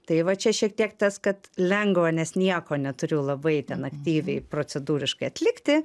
tai va čia šiek tiek tas kad lengva nes nieko neturiu labai ten aktyviai procedūriškai atlikti